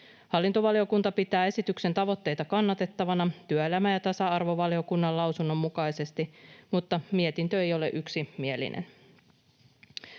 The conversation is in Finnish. Hallintovaliokunta pitää esityksen tavoitteita kannatettavina työelämä- ja tasa-arvovaliokunnan lausunnon mukaisesti, mutta mietintö ei ole yksimielinen.